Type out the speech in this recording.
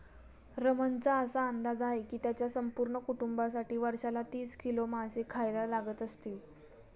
रमणचा असा अंदाज आहे की त्याच्या संपूर्ण कुटुंबासाठी वर्षाला तीस किलो मासे खायला लागत असतील